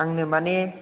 आंनो मानि